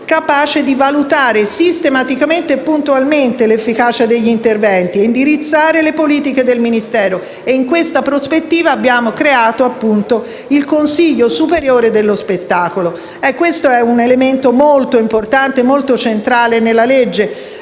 capace di valutare sistematicamente e puntualmente l'efficacia degli interventi ed indirizzare le politiche del Ministero ed in questa prospettiva abbiamo creato il Consiglio superiore dello spettacolo. Questo è un elemento molto importante e centrale nella legge,